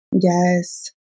Yes